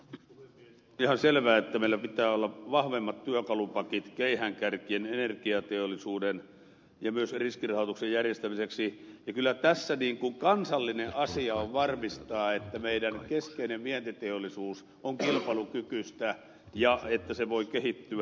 on ihan selvää että meillä pitää olla vahvemmat työkalupakit keihäänkärkien energiateollisuuden ja myös riskirahoituksen järjestämiseksi ja kyllä tässä kansallinen asia on varmistaa että meidän keskeinen vientiteollisuutemme on kilpailukykyistä ja että se voi kehittyä